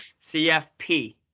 CFP